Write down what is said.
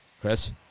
Chris